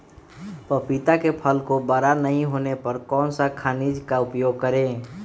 पपीता के फल को बड़ा नहीं होने पर कौन सा खनिज का उपयोग करें?